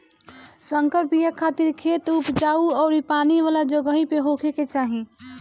संकर बिया खातिर खेत उपजाऊ अउरी पानी वाला जगही पे होखे के चाही